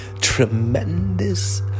tremendous